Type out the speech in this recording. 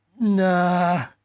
Nah